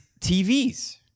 TVs